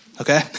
Okay